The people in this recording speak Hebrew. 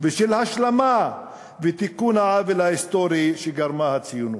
ושל השלמה ותיקון העוול ההיסטורי שגרמה הציונות.